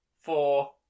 four